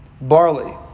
barley